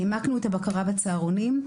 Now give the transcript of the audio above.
העמקנו את הבקרה בצהרונים,